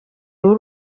w’u